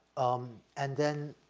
um, and then,